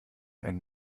einen